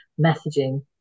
messaging